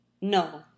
No